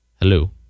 Hello